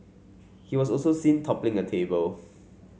he was also seen toppling a table